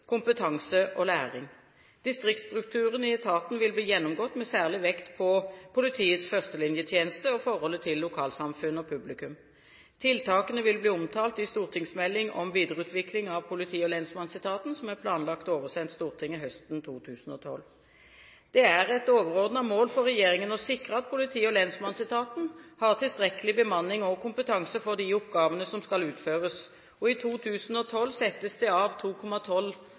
kompetanse og læring. Distriktsstrukturen i etaten vil bli gjennomgått, med særlig vekt på politiets førstelinjetjeneste og forholdet til lokalsamfunn og publikum. Tiltakene vil bli omtalt i stortingsmelding om videreutvikling av politi- og lensmannsetaten, som er planlagt oversendt Stortinget høsten 2012. Det er et overordnet mål for regjeringen å sikre at politi- og lensmannsetaten har tilstrekkelig bemanning og kompetanse for de oppgavene som skal utføres. I 2012 settes det av